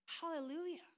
Hallelujah